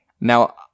Now